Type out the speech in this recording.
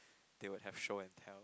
they would have show and tell